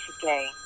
today